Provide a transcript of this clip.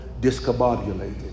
discombobulated